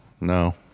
No